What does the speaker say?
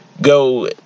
go